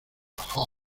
hall